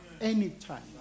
Anytime